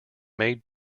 made